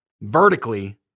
vertically